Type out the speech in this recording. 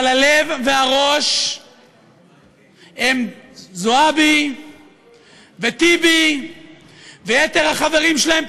אבל הלב והראש הם זועבי וטיבי ויתר החברים שלהם,